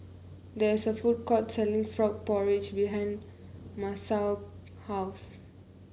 there is a food court selling Frog Porridge behind Masao house